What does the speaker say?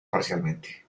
parcialmente